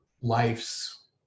life's